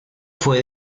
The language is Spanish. fue